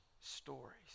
stories